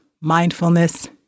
mindfulness